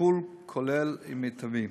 טיפול כולל ומיטבי.